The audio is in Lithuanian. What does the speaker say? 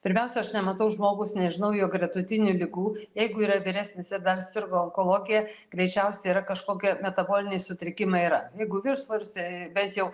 pirmiausia aš nematau žmogaus nežinau jo gretutinių ligų jeigu yra vyresnis ir dar sirgo onkologija greičiausiai yra kažkokie metaboliniai sutrikimai yra jeigu viršsvoris tai bent jau